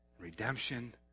redemption